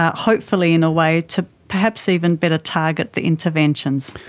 ah hopefully in a way to perhaps even better target the interventions.